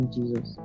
Jesus